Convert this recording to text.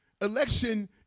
Election